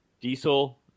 diesel